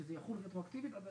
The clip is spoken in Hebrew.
הייתם מוכנים ללכת רחוק אבל עזוב,